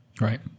Right